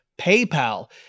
PayPal